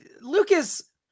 Lucas